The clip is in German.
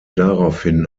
daraufhin